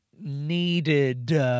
Needed